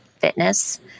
fitness